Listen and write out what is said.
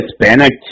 Hispanic